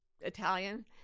Italian